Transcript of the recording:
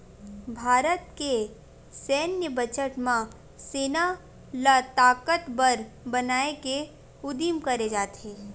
भारत के सैन्य बजट म सेना ल ताकतबर बनाए के उदिम करे जाथे